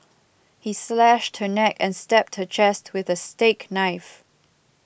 he slashed her neck and stabbed her chest with a steak knife